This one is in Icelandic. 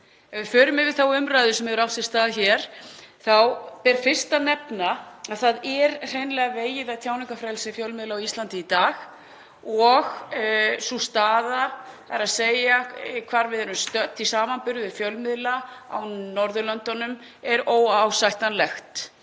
Ef við förum yfir þá umræðu sem hefur átt sér stað hér ber fyrst að nefna að það er hreinlega vegið að tjáningarfrelsi fjölmiðla á Íslandi í dag og sú staða, þ.e. hvar við erum stödd í samanburði við fjölmiðla á Norðurlöndunum, er óásættanleg.